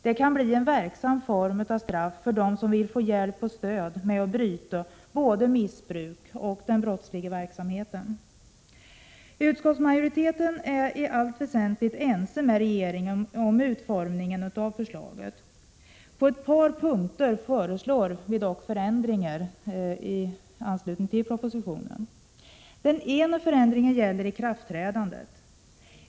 Det kan bli en verksam form av straff för dem som vill få hjälp och stöd för att bryta både missbruket och den brottsliga verksamheten. Utskottsmajoriteten är i allt väsentligt ense med regeringen om utformningen av förslaget. På ett par punkter föreslår vi dock förändringar. Den ena förändringen gäller ikraftträdandet.